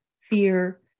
fear